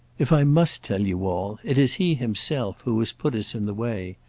if i must tell you all, it is he himself who has put us in the way.